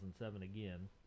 again